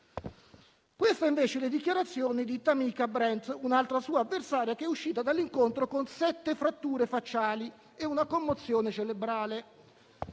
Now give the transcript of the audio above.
Queste invece le dichiarazioni di Tamikka Brents, un'altra sua avversaria che è uscita dall'incontro con sette fratture facciali e una commozione celebrale: